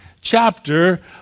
chapter